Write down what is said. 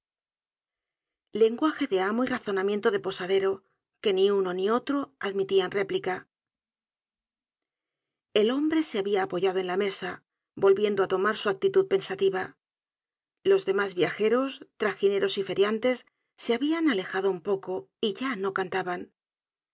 lenguaje de amo y razonamiento de posadero que ni uno ni otro admitian réplica el hombre se habia apoyado en la mesa volviendo á tomar su actitud pensativa los demás viajeros tragineros y feriantes se habian alejado un poco y ya no cantaban le